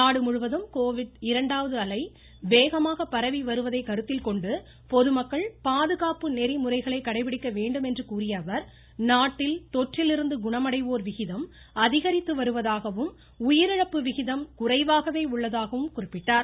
நாடு முழுவதும் கோவிட் இரண்டாவது அலை வேகமாக பரவி வருவதை கருத்தில் கொண்டு பொதுமக்கள் பாதுகாப்பு நெறிமுறைகளை கடைபிடிக்க வேண்டும் என்று கூறிய அவர் நாட்டில் தொற்றிலிருந்து குணமடைவோர் விகிதம் அதிகரித்து வருவதாகவும் உயிரிழப்பு விகிதம் குறைவாகவே உள்ளதாகவும் குறிப்பிட்டார்